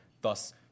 Thus